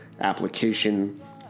application